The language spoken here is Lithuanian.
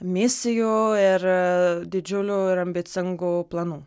misijų ir didžiulių ir ambicingų planų